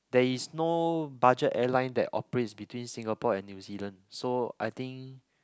there is no budget airline that operates between Singapore and New-Zealand so I think